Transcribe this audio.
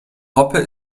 hoppe